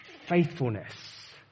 faithfulness